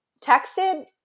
Texted